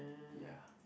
ya